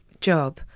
job